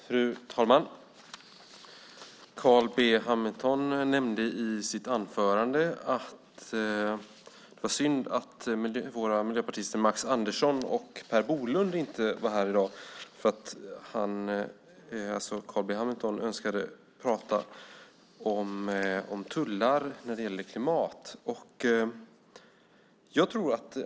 Fru talman! Carl B Hamilton nämnde i sitt anförande att det var synd att våra miljöpartister Max Andersson och Per Bolund inte var närvarande i kammaren i dag. Han ville prata om tullar och klimat.